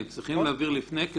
צריכים להעביר לפני,